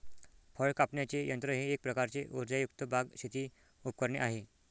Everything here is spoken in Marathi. फळ कापण्याचे यंत्र हे एक प्रकारचे उर्जायुक्त बाग, शेती उपकरणे आहे